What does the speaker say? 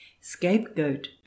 Scapegoat